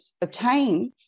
obtain